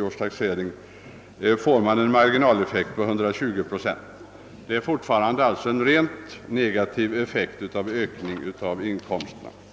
års taxering blir marginaleffekten 120 procent. Det är alltså fortfarande en rent negativ effekt av en ökning av inkomsterna.